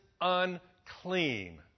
unclean